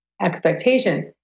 expectations